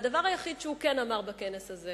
הדבר היחיד שהוא כן אמר בכנס הזה